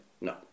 No